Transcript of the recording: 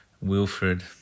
Wilfred